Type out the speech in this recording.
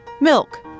milk